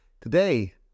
Today